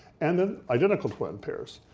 and then identical twin pairs,